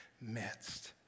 midst